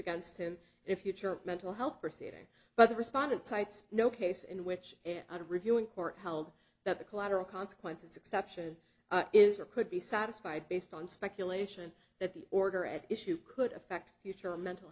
against him if you chair mental health proceeding but the respondent cites no case in which an out of reviewing court held that the collateral consequences exception is or could be satisfied based on speculation that the order at issue could affect future mental